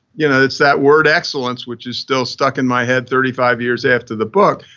you know, it's that word excellence, which is still stuck in my head thirty five years after the book,